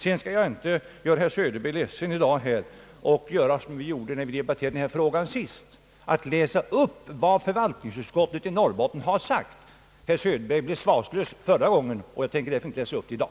Sedan skall jag inte göra herr Söderberg ledsen genom att som jag gjorde sist läsa upp vad förvaltningsutskottet i Norrbotten har sagt. Herr Söderberg blev svarslös den gången, och jag tror att det blir samma sak i dag.